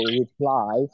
reply